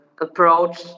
approach